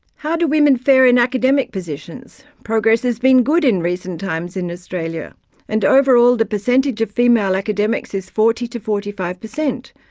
how do women fare in academic positions? progress has been good in recent times in australia and, overall, the percentage of female academics is forty forty five per cent,